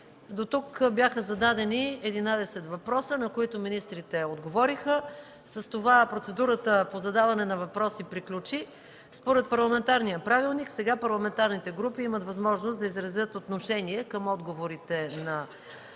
дотук бяха зададени 11 въпроса, на които министрите отговориха. С това процедурата по задаване на въпроси приключи. Според Парламентарния правилник сега парламентарните групи имат възможност да изразят отношение към отговорите на министрите.